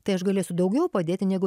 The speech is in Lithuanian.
tai aš galėsiu daugiau padėti negu